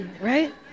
Right